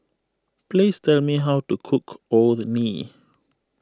please tell me how to cook Orh Nee